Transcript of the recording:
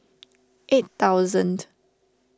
eight thousandth